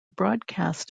broadcast